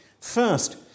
first